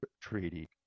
treaty